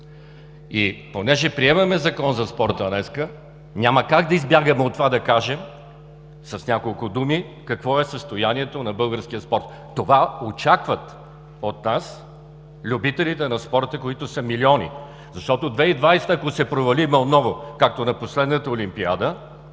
днес приемаме Закон за спорта, няма как да избягаме от това да кажем с няколко думи какво е състоянието на българския спорт. Това очакват от нас любителите на спорта, които са милиони. Защото, ако през 2020 г. се провалим отново, както на последната Олимпиада,